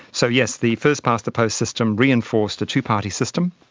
so yes, the first-past-the-post system reinforced the two-party system,